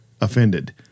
offended